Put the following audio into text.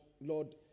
Lord